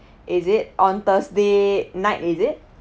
is it on thursday night is it